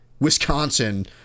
wisconsin